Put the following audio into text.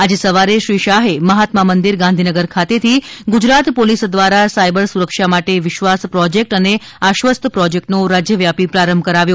આજે સવારે શ્રી શાહે મહાત્મા મંદિર ગાંધીનગર ખાતેથી ગુજરાત પોલીસ દ્વારા સાયબર સુરક્ષા માટે વિશ્વાસ પ્રોજેક્ટ અને આશ્વસ્ત પ્રોજેક્ટનો રાજ્યવ્યાપી પ્રારંભ કરાવ્યો